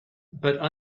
but